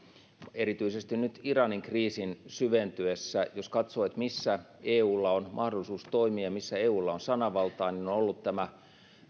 erityisesti nyt iranin kriisin syventyessä katsoo missä eulla on mahdollisuus toimia ja missä eulla on sananvaltaa niin se on ollut tämä